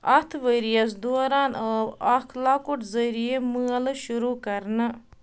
اتھ ؤرۍ یس دوران آو اکھ لۄکُٹ زرعی مٲلہٕ شروٗع کرنہٕ